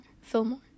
Fillmore